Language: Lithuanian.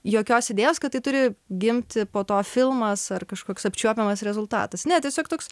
jokios idėjos kad tai turi gimti po to filmas ar kažkoks apčiuopiamas rezultatas ne tiesiog toks